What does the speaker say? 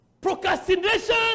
Procrastination